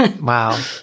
Wow